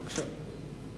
בבקשה.